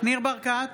ניר ברקת,